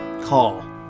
call